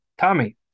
tommy